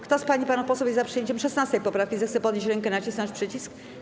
Kto z pań i panów posłów jest za przyjęciem 16. poprawki, zechce podnieść rękę i nacisnąć przycisk.